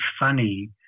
funny